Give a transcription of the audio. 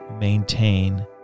maintain